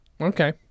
Okay